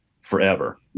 forever